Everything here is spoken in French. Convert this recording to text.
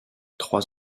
trois